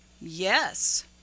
Yes